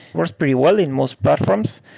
works pretty well in most platforms.